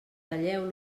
talleu